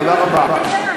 תודה רבה.